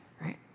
right